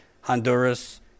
Honduras